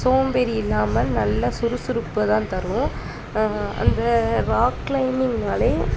சோம்பேறி இல்லாமல் நல்ல சுறுசுறுப்பை தான் தரும் அந்த ராக் க்ளைம்பிங்னாலே